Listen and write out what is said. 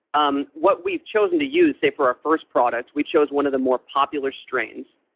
um what we've chosen to use, say, for our first product, we chose one of the more popular strains,